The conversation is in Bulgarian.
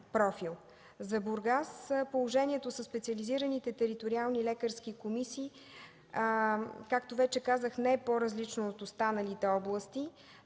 За Бургас положението със специализираните териториални лекарски комисии, както вече казах, не е по-различно от останалите области.